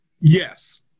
Yes